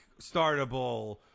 startable